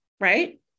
right